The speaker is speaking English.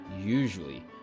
usually